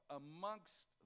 amongst